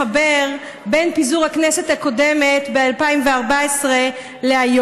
וקו אחד מחבר בין פיזור הכנסת הקודמת ב-2014 להיום,